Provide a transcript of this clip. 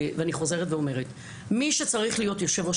ואני חוזרת ואומרת: מי שצריך להיות יושב-ראש